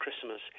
Christmas